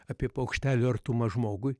apie paukštelių artumą žmogui